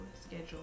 schedule